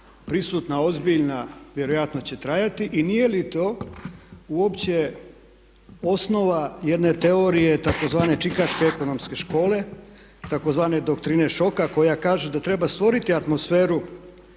prisutna, ozbiljna, vjerojatno će trajati. I nije li to uopće osnova jedne teorije, tzv. čikaške ekonomske škole, tzv. doktrine šoka koja kaže da treba stvoriti atmosferu